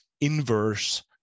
inverse